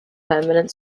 permanent